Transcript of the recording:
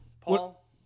Paul